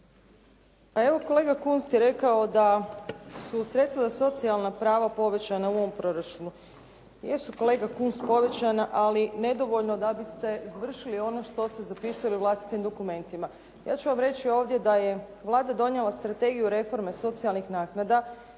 Pa evo, kolega Kunst je rekao da su sredstva za socijalna prava povećana u ovom proračunu. Jesu kolega Kunst povećana, ali nedovoljno da biste izvršili ono što ste zapisali u vlastitim dokumentima. Ja ću vam reći ovdje da je Vlada donijela Strategiju reforme socijalnih naknada